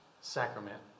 sacrament